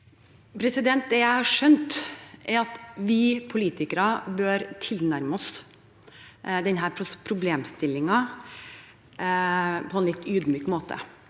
Det jeg har skjønt, er at vi politikere bør tilnærme oss denne problemstillingen på en litt ydmyk måte.